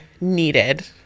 needed